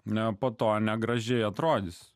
ne po to negražiai atrodys